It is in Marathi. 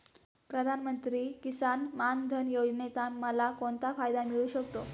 प्रधानमंत्री किसान मान धन योजनेचा मला कोणता फायदा मिळू शकतो?